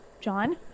John